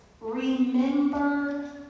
remember